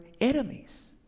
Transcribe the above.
enemies